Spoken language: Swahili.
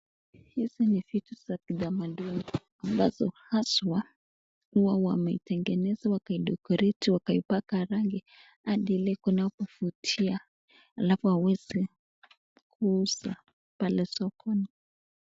Hizi ni vitu za kitamaduni ambazo haswa huwa wameitengeneza, wakai decorate wakaipaka rangi hadi ile kunapovutia, halafu aweze kuuza pale sokoni.